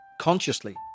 consciously